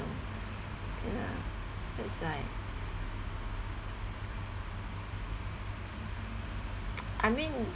ya that's why I mean